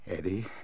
Eddie